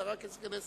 אלא רק כסגני שרים.